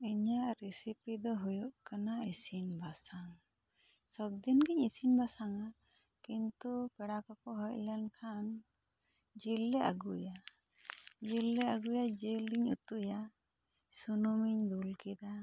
ᱤᱧᱟᱹᱜ ᱨᱮᱥᱤᱯᱤ ᱫᱚ ᱦᱩᱭᱩᱜ ᱠᱟᱱᱟ ᱤᱥᱤᱱ ᱵᱟᱥᱟᱝ ᱥᱚᱵᱽ ᱫᱤᱱ ᱜᱤᱧ ᱤᱥᱤᱱ ᱵᱟᱥᱟᱝᱟ ᱠᱤᱱᱛᱩ ᱯᱮᱲᱟ ᱠᱚᱠᱚ ᱦᱮᱡ ᱞᱮᱱ ᱠᱷᱟᱱ ᱡᱤᱞ ᱞᱮ ᱟᱹᱜᱩᱭᱟ ᱡᱤᱞ ᱞᱮ ᱟᱹᱜᱩᱭᱟ ᱡᱤᱞ ᱞᱮ ᱩᱛᱩᱭᱟ ᱥᱩᱱᱩᱢ ᱤᱧ ᱫᱩᱞ ᱠᱮᱫᱟ